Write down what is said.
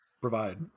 provide